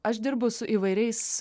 aš dirbu su įvairiais